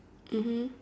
mmhmm